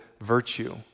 virtue